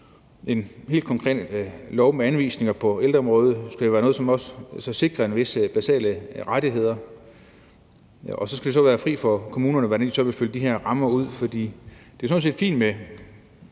en helt konkret lov med anvisninger på ældreområdet. Det skal jo være noget, som også sikrer visse basale rettigheder. Det skal så være frit for kommunerne, hvordan de vil fylde de her rammer ud.